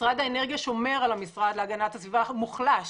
משרד האנרגיה שומר על המשרד להגנת הסביבה מוחלש,